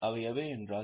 அவை எவை என்றால்